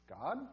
God